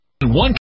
one